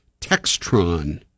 Textron